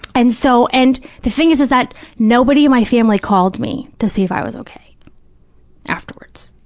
and so, and the thing is, is that nobody in my family called me to see if i was okay afterwards,